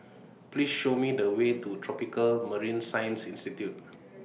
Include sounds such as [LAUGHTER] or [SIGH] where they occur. [NOISE] Please Show Me The Way to Tropical Marine Science Institute [NOISE]